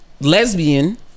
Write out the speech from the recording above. lesbian